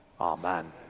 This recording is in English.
Amen